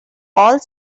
all